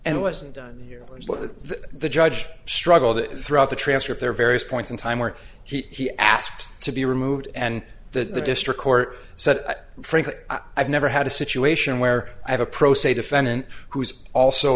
and wasn't done here when the judge struggled throughout the transfer of their various points in time where he asked to be removed and that the district court said frankly i've never had a situation where i have a pro se defendant who is also